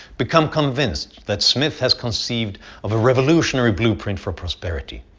become convinced that smith has conceived of a revolutionary blueprint for prosperity.